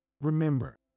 Remember